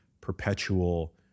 perpetual